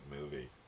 movie